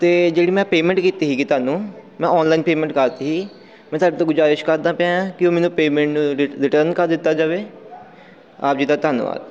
ਅਤੇ ਜਿਹੜੀ ਮੈਂ ਪੇਮੈਂਟ ਕੀਤੀ ਸੀਗੀ ਤੁਹਾਨੂੰ ਮੈਂ ਔਨਲਾਈਨ ਪੇਮੈਂਟ ਕਰਤੀ ਸੀ ਮੈਂ ਤੁਹਾਡੇ ਤੋਂ ਗੁਜਾਰਿਸ਼ ਕਰਦਾ ਪਿਆ ਕਿ ਉਹ ਮੈਨੂੰ ਪੇਮੈਂਟ ਰਿ ਰਿਟਰਨ ਕਰ ਦਿੱਤਾ ਜਾਵੇ ਆਪ ਜੀ ਦਾ ਧੰਨਵਾਦ